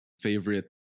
favorite